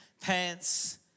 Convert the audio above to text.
pants